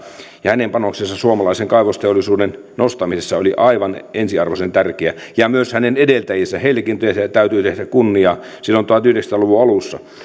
ja hänen panoksensa suomalaisen kaivosteollisuuden nostamisessa oli aivan ensiarvoisen tärkeä ja myös hänen edeltäjiensä heillekin täytyy tehdä kunniaa silloin tuhatyhdeksänsataa luvun alussa